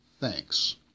thanks